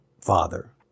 father